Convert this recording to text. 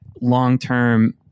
long-term